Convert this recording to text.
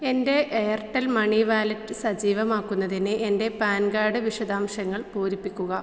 എൻ്റെ Airtel money wallet സജീവമാക്കുന്നതിന് എൻ്റെ പാൻ കാർഡ് വിശദാംശങ്ങൾ പൂരിപ്പിക്കുക